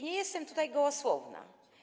Nie jestem tutaj gołosłowna.